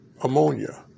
ammonia